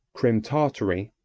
crim tartary,